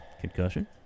Concussion